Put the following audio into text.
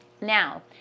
now